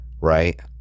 right